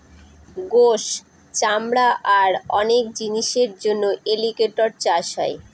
গোস, চামড়া আর অনেক জিনিসের জন্য এলিগেটের চাষ হয়